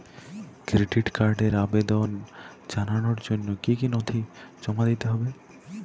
Credit কার্ডের আবেদন জানানোর জন্য কী কী নথি জমা দিতে হবে?